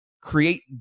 create